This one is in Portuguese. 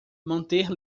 manter